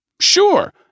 sure